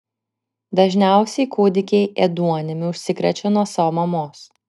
dažniausiai kūdikiai ėduonimi užsikrečia nuo savo mamos